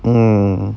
mm